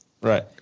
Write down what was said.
right